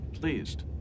Pleased